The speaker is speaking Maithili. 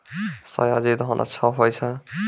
सयाजी धान अच्छा होय छै?